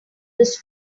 this